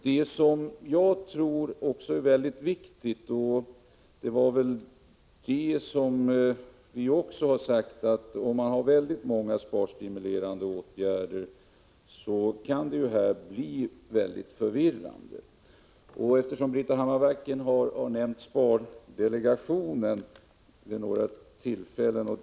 Det kan också bli förvirrande med många olika sparstimulerande åtgärder samtidigt. Britta Hammarbacken har nämnt spardelegationens seminarium vid några tillfällen.